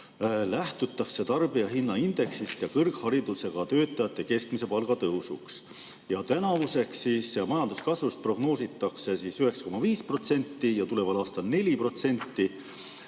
lähtutakse tarbijahinnaindeksist ja kõrgharidusega töötajate keskmise palga tõusust. Tänavuseks majanduskasvuks prognoositakse 9,5% ja tuleval aastal 4%.